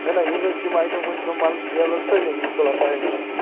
نہَ نہَ یِم حظ چھِ یِم آیٹم وُنۍ تِم میلن سٲلِم اِنشااللہ تُہی نِش